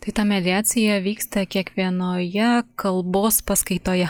tai ta mediacija vyksta kiekvienoje kalbos paskaitoje